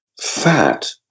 fat